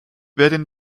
werden